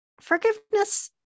forgiveness